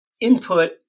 input